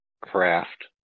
craft